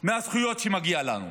מהזכויות שמגיעות לנו.